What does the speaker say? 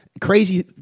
crazy